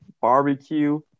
barbecue